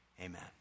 Amen